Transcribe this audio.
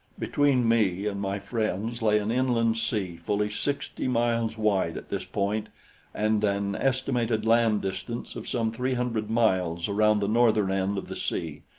between me and my friends lay an inland sea fully sixty miles wide this point and an estimated land-distance of some three hundred miles around the northern end of the sea,